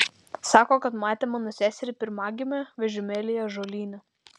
sako kad matė mano seserį pirmagimę vežimėlyje ąžuolyne